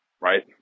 right